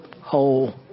Whole